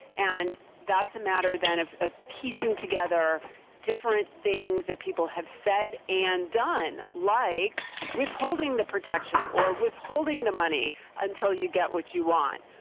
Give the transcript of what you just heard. and that's a matter then of ah piecing together different things that people have said and done like withholding the protection or withholding the money until you get what you want.